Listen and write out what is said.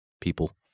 people